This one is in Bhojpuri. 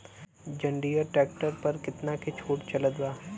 जंडियर ट्रैक्टर पर कितना के छूट चलत बा?